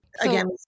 Again